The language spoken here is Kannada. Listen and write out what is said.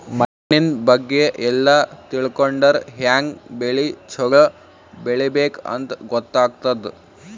ಮಣ್ಣಿನ್ ಬಗ್ಗೆ ಎಲ್ಲ ತಿಳ್ಕೊಂಡರ್ ಹ್ಯಾಂಗ್ ಬೆಳಿ ಛಲೋ ಬೆಳಿಬೇಕ್ ಅಂತ್ ಗೊತ್ತಾಗ್ತದ್